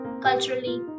culturally